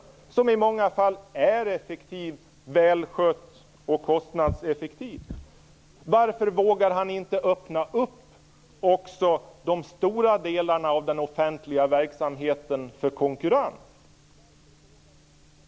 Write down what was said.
Den är ju i många fall effektiv, välskött och kostnadseffektiv. Varför vågar han inte öppna också de stora delarna av den offentliga verksamheten för konkurrens?